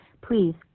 please